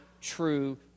true